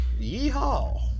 yeehaw